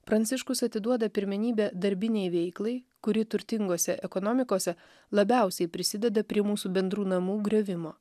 pranciškus atiduoda pirmenybę darbinei veiklai kuri turtingose ekonomikose labiausiai prisideda prie mūsų bendrų namų griovimo